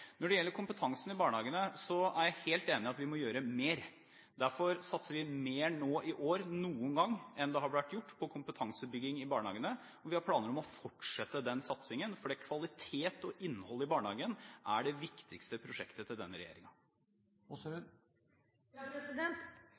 Når det gjelder kompetansen i barnehagene, er jeg helt enig i at vi må gjøre mer. Derfor satser vi nå i år mer på kompetansebygging i barnehagene enn man noen gang har gjort, og vi har planer om å fortsette den satsingen, fordi kvalitet og innhold i barnehagen er det viktigste prosjektet til denne